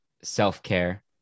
self-care